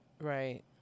right